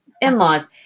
in-laws